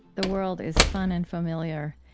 the world is fun, and familiar,